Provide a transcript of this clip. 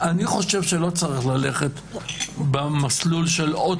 אני חושב שלא צריך ללכת במסלול של עוד